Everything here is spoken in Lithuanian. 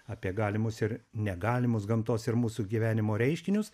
apie galimus ir negalimus gamtos ir mūsų gyvenimo reiškinius